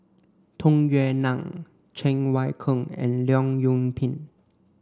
Tung Yue Nang Cheng Wai Keung and Leong Yoon Pin